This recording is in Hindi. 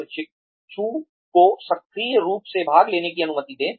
प्रशिक्षु को सक्रिय रूप से भाग लेने की अनुमति दें